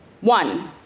One